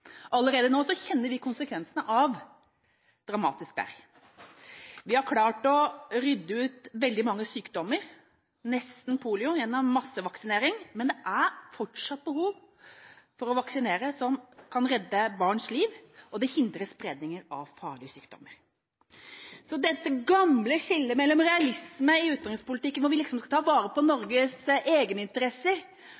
Allerede nå kjenner vi konsekvensene av dramatisk vær. Vi har klart å utrydde veldig mange sykdommer, nesten polio gjennom massevaksinering, men det er fortsatt behov for vaksiner som kan redde barns liv, og som hindrer spredning av farlige sykdommer. Så dette skillet mellom realisme i utenrikspolitikken, hvor vi liksom skulle ta vare på